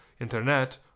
internet